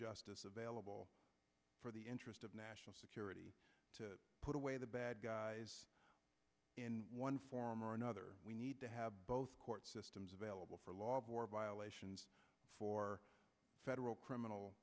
justice available for the interest of national security to put away the bad guys in one form or another we need to have both court systems available for law of war violations for federal criminal